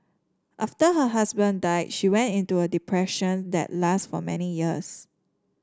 after her husband died she went into a depression that lasted for many years